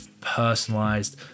personalized